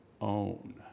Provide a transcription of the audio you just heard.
own